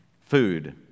Food